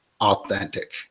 authentic